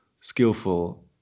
skillful